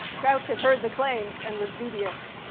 crouch had heard the claims and was dubious.